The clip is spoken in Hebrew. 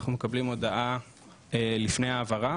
אנחנו מקבלים הודעה לפני ההעברה,